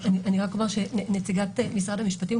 אומר שנציגת משרד המשפטים,